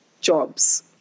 jobs